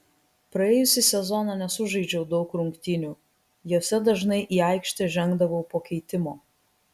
praėjusį sezoną nesužaidžiau daug rungtynių jose dažnai į aikštę žengdavau po keitimo